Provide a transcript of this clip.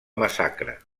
massacre